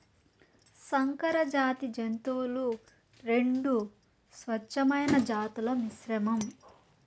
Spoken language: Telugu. సంకరజాతి జంతువులు రెండు స్వచ్ఛమైన జాతుల మిశ్రమం